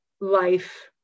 life